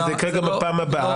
שזה יקרה גם בפעם הבאה,